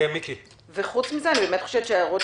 חוץ מזה, ההערות